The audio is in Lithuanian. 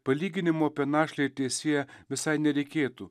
palyginimu apie našlę ir ties ja visai nereikėtų